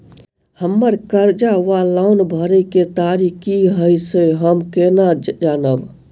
हम्मर कर्जा वा लोन भरय केँ तारीख की हय सँ हम केना जानब?